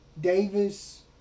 Davis